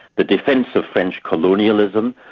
the defence of french colonialism,